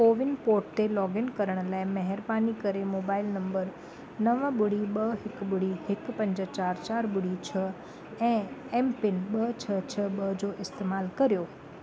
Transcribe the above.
CoWIN portal ते login करण लाइ महिरबानी करे मोबाइल नंबर नव ॿुड़ी ॿ हिकु ॿुड़ी हिकु पंज चारि चारि ॿुड़ी छ्ह ऐं एमपिन ॿ छह छह ॿ जो इस्तेमालु कर्यो